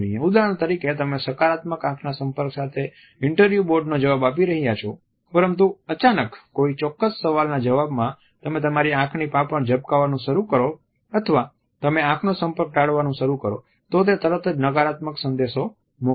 ઉદાહરણ તરીકે તમે સકારાત્મક આંખના સંપર્ક સાથે ઇન્ટરવ્યુ બોર્ડ નો જવાબો આપી રહ્યા છો પરંતુ અચાનક કોઈ ચોક્કસ સવાલના જવાબમાં તમે તમારી આંખની પાંપણ ઝબકાવવાનું શરૂ કરો અથવા તમે આંખનો સંપર્ક ટાળવાનું શરૂ કરો તો તે તરત જ નકારાત્મક સંદેશાઓ મોકલશે